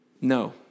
no